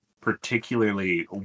particularly